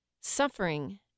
Suffering